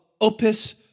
Opus